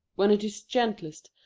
when it is gentlest,